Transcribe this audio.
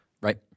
Right